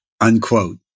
Unquote